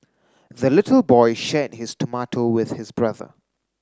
the little boy shared his tomato with his brother